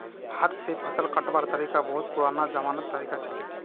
हाथ स फसल कटवार तरिका बहुत पुरना जमानार तरीका छिके